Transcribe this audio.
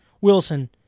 Wilson